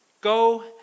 go